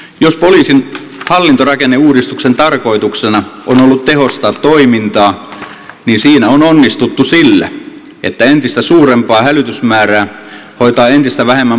jos poliisin hallintorakenneuudistuksen tarkoituksena on ollut tehostaa toimintaa niin siinä on onnistuttu sillä että entistä suurempaa hälytysmäärää hoitaa entistä vähemmän poliisihenkilökuntaa